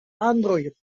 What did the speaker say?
android